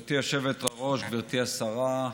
גברתי היושבת-ראש, גברתי השרה,